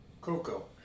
Coco